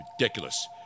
Ridiculous